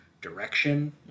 direction